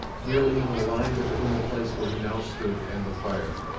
nearly in a line between the place where he now stood and the fire.